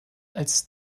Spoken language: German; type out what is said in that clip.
als